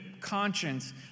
conscience